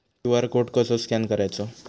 QR code कसो scan करायचो?